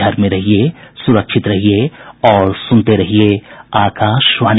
घर में रहिये सुरक्षित रहिये और सुनते रहिये आकाशवाणी